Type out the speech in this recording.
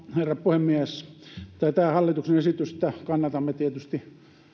herra puhemies tätä hallituksen esitystä kannatamme tietysti